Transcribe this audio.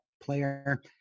player